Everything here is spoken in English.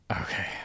okay